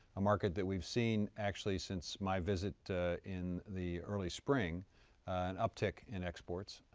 a market that we've seen actually since my visit in the early spring an uptick in exports.